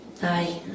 Hi